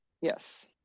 yes